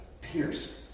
pierced